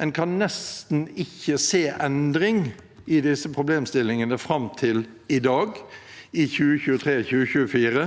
En kan nesten ikke se endring i disse problemstillingene fram til i dag, i 2023–2024.